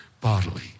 bodily